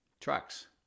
Trucks